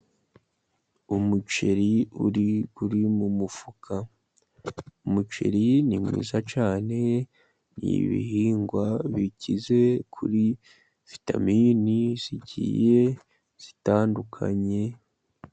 Umuceri uri mu mufuka, umuceri ni mwiza cyane, ni ibihingwa bikize kuri vitamini zigiye zitandukanye.